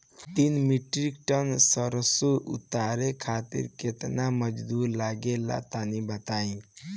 तीन metric ton सरसो उतारे खातिर केतना मजदूरी लगे ला तनि बताई?